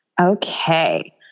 okay